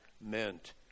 meant